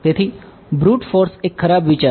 તેથી brute force એક ખરાબ વિચાર છે